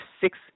six